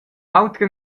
autra